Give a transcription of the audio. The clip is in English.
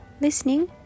listening